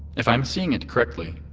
if i'm seeing it correctly,